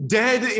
dead